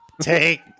Take